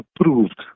approved